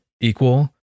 equal